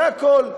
זה הכול.